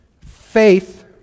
Faith